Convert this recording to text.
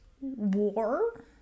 war